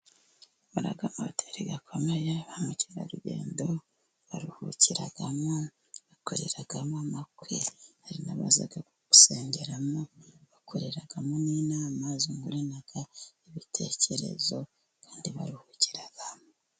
Haba amahoteri akomeye ba mukerarugendo baruhukiramo, bakoreramo amakwe, hari n' abaza gusengeramo, bakoreramo n' inama zungurana ibitekerezo kandi baruhukiramo.